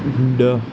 ॾह